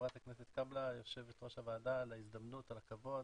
קאבלה יו"ר הוועדה על ההזדמנות, על הכבוד.